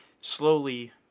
slowly